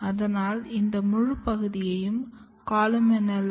அதனால் இந்த முழு பகுதியும் கொலுமெல்லா